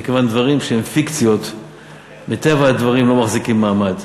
מכיוון שדברים שהם פיקציות מטבע הדברים לא מחזיקים מעמד.